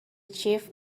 chief